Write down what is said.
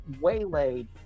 waylaid